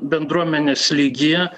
bendruomenės lygyje